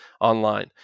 Online